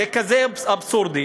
זה כזה אבסורד,